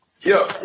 Yo